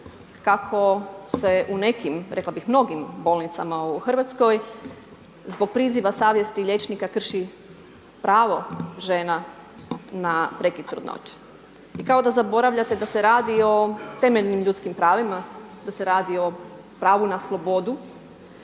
kako se u nekim, rekla bih mnogim bolnicama u Hrvatskoj, zbog priziva savjesti liječnika liječi pravo žena na prekid trudnoće. I kad da zaboravljate da se radi o temeljnim ljudskim pravima, da se radi o pravu na slobodu.